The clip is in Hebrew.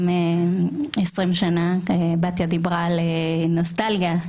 בתיה דיברה על נוסטלגיה,